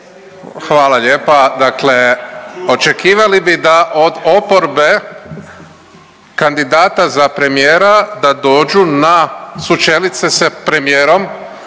Hvala lijepa. Dakle, očekivali bi da od oporbe kandidata za premijera da dođu na, sučelit se sa premijerom